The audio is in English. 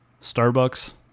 starbucks